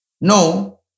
No